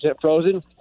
frozen